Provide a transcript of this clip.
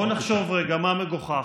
בוא נחשוב רגע מה מגוחך.